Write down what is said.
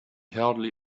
hardly